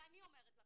ואני אומרת לכם,